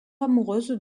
amoureuse